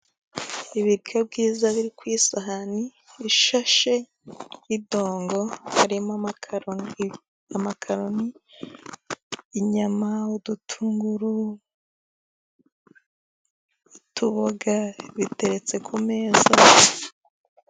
Ibiryo byiza biri ku isahani ishashe y'idongo harimo: amakarongi ,inyama ,udutunguru n 'utuboga biteretse ku meza.